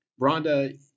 Rhonda